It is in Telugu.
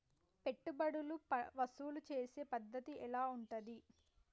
పెట్టుబడులు వసూలు చేసే పద్ధతి ఎట్లా ఉంటది?